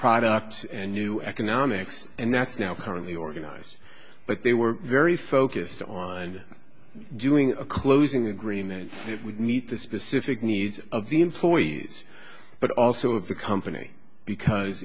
products and new economics and that's now currently organized but they were very focused on doing a closing agreement that would meet the specific needs of the employees but also of the company because